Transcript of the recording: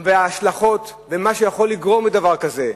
ואת ההשלכות ומה שיכול לגרום דבר כזה.